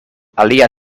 alia